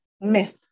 myth